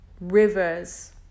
rivers